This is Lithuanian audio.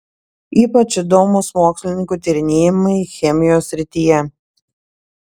ypač įdomūs mokslininkų tyrinėjimai chemijos srityje